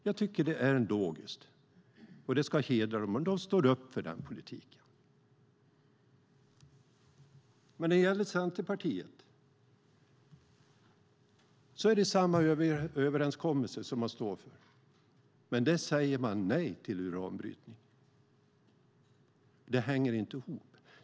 Jag tycker att det är logiskt, och det hedrar dem att de står upp för den politiken. Men när det gäller Centerpartiet är det samma överenskommelse man står för, men man säger nej till uranbrytningen. Det hänger inte ihop.